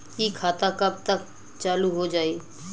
इ खाता कब तक चालू हो जाई?